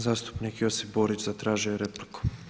Zastupnik Josip Borić zatražio je repliku.